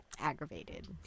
aggravated